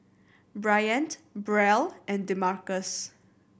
Bryant Brielle and Demarcus